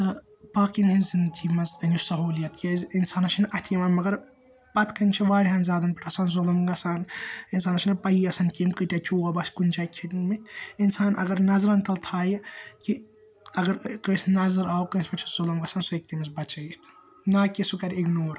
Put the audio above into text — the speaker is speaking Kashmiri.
تہٕ باقِیَن ہٕنٛز زِِنٛدگی منٛز أنِو سہوٗلِیَت کیٛازِ اِنسانَس چھِنہٕ اَتھ یِوان مَگَر پَتہٕ کَنہِ چھُ وارِیاہَن زِیادَن پیٚٹھ آسان ظُلُم گَژھان اِنسانَس چھُنہٕ پَیِی آسان کٔمۍ کٲتیٛاہ چوب آسہِ کُنہِ جایہِ ہیٚتمٕتۍ اِنسان اَگَر نَظرَن تَل تھایہِ کہِ اَگَر کٲنٛسہِ نَظَر آو کٲنٛسہِ پیٚٹھ چھُ ظُلُم گَژھان سُہ ہیٚکہِ تٔمِس بَچٲوِتھ نا کہِ سُہ کَرِ اِگنور